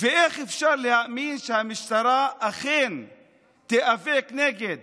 ואיך אפשר להאמין שהמשטרה אכן תיאבק נגד